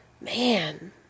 Man